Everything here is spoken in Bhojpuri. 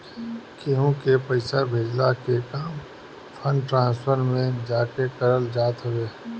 केहू के पईसा भेजला के काम फंड ट्रांसफर में जाके करल जात हवे